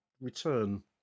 return